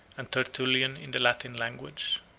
and tertullian in the latin, language.